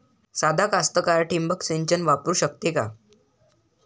सादा कास्तकार ठिंबक सिंचन वापरू शकते का?